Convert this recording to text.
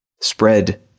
spread